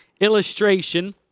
illustration